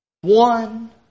one